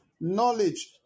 Knowledge